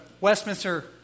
Westminster